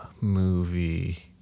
movie